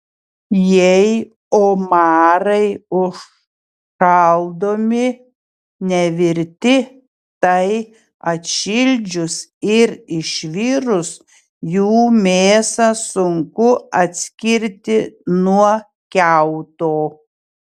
jei omarai užšaldomi nevirti tai atšildžius ir išvirus jų mėsą sunku atskirti nuo kiauto